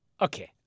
okay